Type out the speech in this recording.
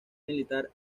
militar